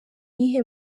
iyihe